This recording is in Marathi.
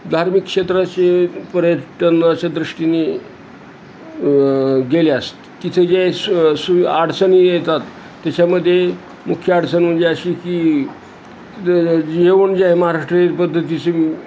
धार्मिक क्षेत्राचे पर्यटनच्या दृष्टीने गेल्यास तिथे जे सुय सु अडचणी येतात त्याच्यामध्ये मुख्य अडचण म्हणजे अशी की ये जेवण जे आहे महाराष्ट्रयीन पद्धतीचे